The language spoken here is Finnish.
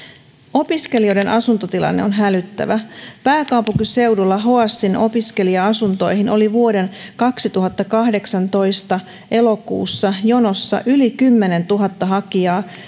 opiskelijoiden asuntotilanne on hälyttävä pääkaupunkiseudulla hoasin opiskelija asuntoihin oli vuoden kaksituhattakahdeksantoista elokuussa jonossa yli kymmenentuhatta hakijaa